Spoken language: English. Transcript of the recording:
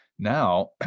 now